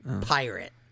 Pirate